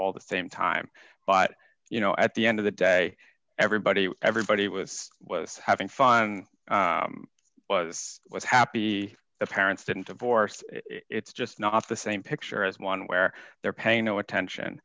all the same time but you know at the end of the day everybody everybody was was having fun was happy the parents didn't divorce it's just not the same picture as one where they're paying no attention